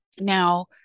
now